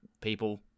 people